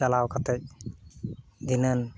ᱪᱟᱞᱟᱣ ᱠᱟᱛᱮᱫ ᱫᱷᱤᱱᱟᱹᱱ